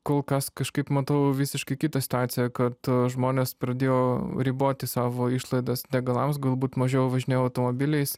kol kas kažkaip matau visiškai kitą situaciją kad žmonės pradėjo riboti savo išlaidas degalams galbūt mažiau važinėja automobiliais